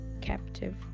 captive